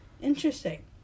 Interesting